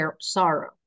sorrow